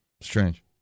Strange